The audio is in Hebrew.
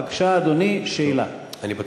בבקשה, אדוני, שאלה.